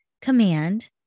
command